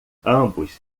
ambos